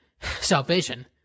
Salvation